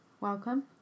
Welcome